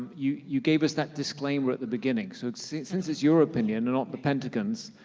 you you gave us that disclaimer at the beginning, so since it's your opinion and not the pentagon's,